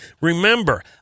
Remember